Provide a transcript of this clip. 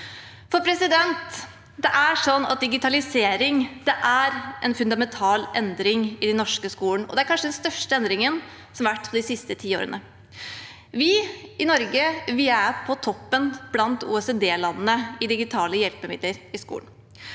lese. Digitaliseringen er en fundamental endring i den norske skolen, det er kanskje den største endringen som har vært de siste tiårene. Vi i Norge er på topp blant OECD-landene i digitale hjelpemidler i skolen.